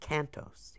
Cantos